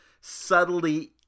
subtly